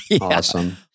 Awesome